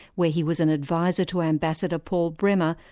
where he was an advisor to ambassador paul bremer,